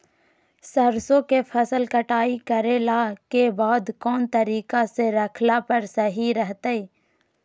सरसों के फसल कटाई करला के बाद कौन तरीका से रखला पर सही रहतय?